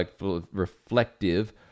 reflective